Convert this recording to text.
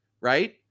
right